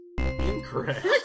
incorrect